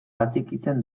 atxikitzen